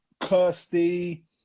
Kirsty